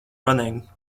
running